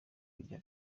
kujya